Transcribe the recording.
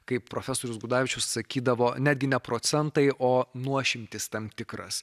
kaip profesorius gudavičius sakydavo netgi ne procentai o nuošimtis tam tikras